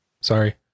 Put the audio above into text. Sorry